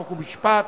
חוק ומשפט.